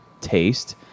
taste